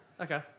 Okay